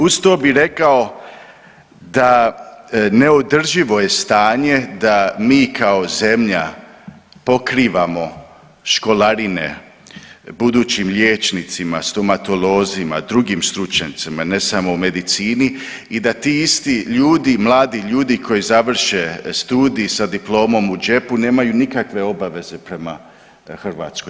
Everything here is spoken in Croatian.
Uz to bih rekao da neodrživo je stanje da mi kao zemlja pokrivamo školarine budućim liječnicima, stomatolozima, drugim stručnjacima ne samo u medicini i da ti isti ljudi, mladi ljudi koji završe studij sa diplomom u džepu nemaju nikakve obaveze prema Hrvatskoj.